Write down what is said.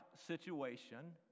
situation